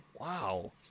wow